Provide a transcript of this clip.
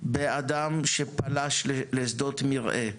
באדם שפלש לשדות מרעה,